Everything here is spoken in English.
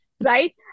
right